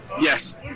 Yes